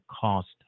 cost